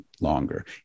longer